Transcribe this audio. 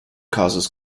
causes